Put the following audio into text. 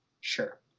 Sure